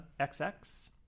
XX